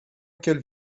qu’elle